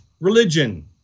religion